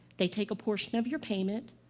they take a portion of your payment.